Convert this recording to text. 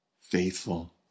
faithful